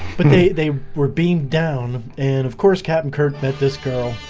but they they were beamed down and of course captain kirk met this girl